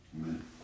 Amen